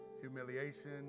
humiliation